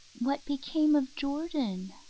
what became of jordan?